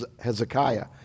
Hezekiah